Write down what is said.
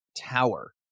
tower